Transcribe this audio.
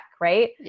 right